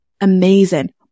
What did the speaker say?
amazing